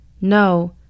No